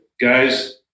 Guys